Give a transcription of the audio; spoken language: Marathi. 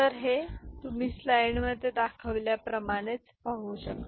तर तुम्हाला क्यू 1 मिळेल आणि नंतर हे 0 आहे